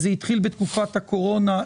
זה התחיל בתקופת הקורונה.